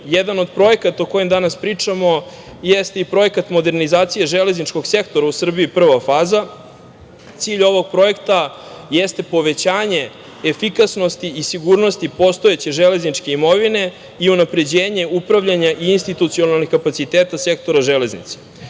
od projekata o kojem danas pričamo jeste i Projekat modernizacije železničkog sektora u Srbiji, prva faza. Cilj ovog projekta jeste povećanje efikasnosti i sigurnosti postojeće železničke imovine i unapređenje upravljanja i institucionalnih kapaciteta sektora železnice.I